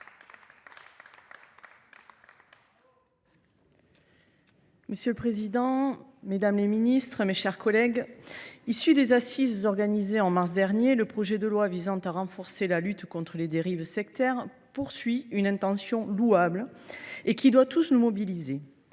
Monsieur le président, mesdames les ministres, mes chers collègues, issu des assises organisées au mois de mars dernier, le projet de loi visant à renforcer la lutte contre les dérives sectaires procède d’une intention louable qui doit tous nous mobiliser